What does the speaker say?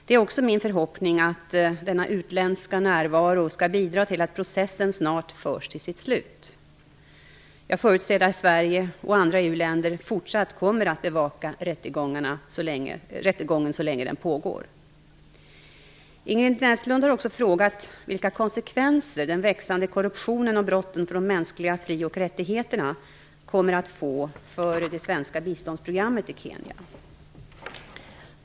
Det är också min förhoppning att denna utländska närvaro skall bidra till att processen snart förs till sitt slut. Jag förutser att Sverige och andra EU-länder fortsatt kommer att bevaka rättegången så länge den pågår. Ingrid Näslund har också frågat vilka konsekvenser den växande korruptionen och brotten mot de mänskliga fri och rättigheterna kommer att få för det svenska biståndsprogrammet till Kenya.